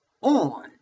on